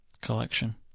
collection